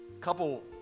couple